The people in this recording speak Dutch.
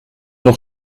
nog